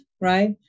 right